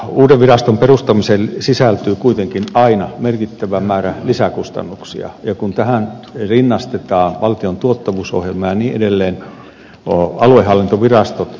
uuden viraston perustamiseen sisältyy kuitenkin aina merkittävä määrä lisäkustannuksia ja kun tähän rinnastetaan valtion tuottavuusohjelma on edelleen ohuelle hallintovirasto